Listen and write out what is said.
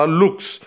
looks